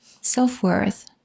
self-worth